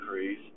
increase